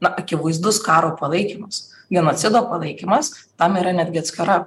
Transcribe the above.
na akivaizdus karo palaikymas genocido palaikymas tam yra netgi atskira